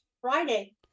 Friday